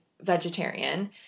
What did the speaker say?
vegetarian